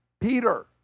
Peter